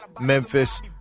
Memphis